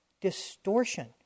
distortion